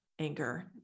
anger